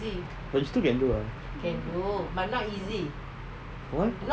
but you still can do ah [what]